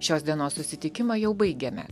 šios dienos susitikimą jau baigėme